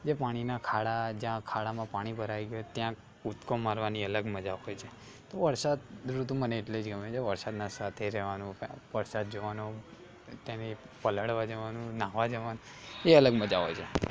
જે પાણીના ખાડા જ્યાં ખાડામાં પાણી ભરાઇ ગયું હોય ત્યાં કૂદકો મારવાની અલગ મજા હોય છે તો વરસાદ ઋતુ મને એટલે જ ગમે છે વરસાદના સાથે રહેવાનું વરસાદ જોવાનો તેને પલળવા જવાનું નાહવા જવાનું એ અલગ મજા હોય છે